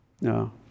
No